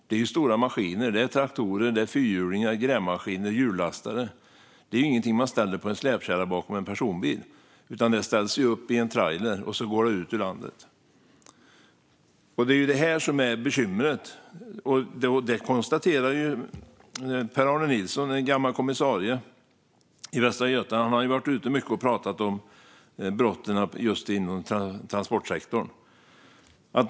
Det är stora maskiner - traktorer, fyrhjulingar, grävmaskiner och hjullastare. Det är ingenting man ställer på en släpkärra bakom en personbil, utan det ställs upp i en trailer och förs ut ur landet. Det är det här som är bekymret, konstaterar Per-Arne Nilsson, en gammal kommissarie i Västra Götaland som har varit ute och pratat om brotten just inom transportsektorn.